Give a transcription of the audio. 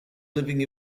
living